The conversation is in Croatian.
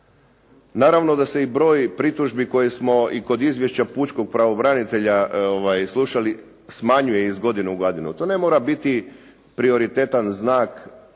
Naravno da su i broj pritužbi koje smo i kod izvješća pučkog pravobranitelja slušali smanjuje iz godine u godinu. To ne mora biti prioritetan znak